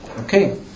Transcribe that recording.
Okay